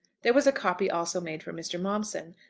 there was a copy also made for mr. momson,